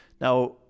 Now